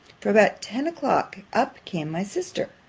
for about ten o'clock up came my sister,